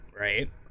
right